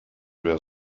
were